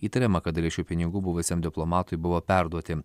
įtariama kad dalis šių pinigų buvusiam diplomatui buvo perduoti